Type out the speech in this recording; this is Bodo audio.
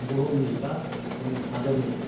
बुहुमनि बा जोंनि हादोरनि